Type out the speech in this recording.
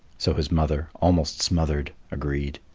so his mother, almost smothered, agreed.